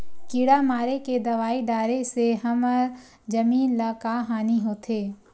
किड़ा मारे के दवाई डाले से हमर जमीन ल का हानि होथे?